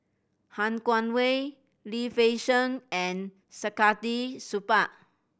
Han Guangwei Lim Fei Shen and Saktiandi Supaat